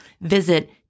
Visit